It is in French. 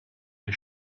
des